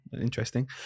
interesting